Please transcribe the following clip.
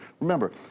Remember